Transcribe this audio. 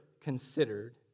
considered